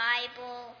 Bible